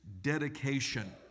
dedication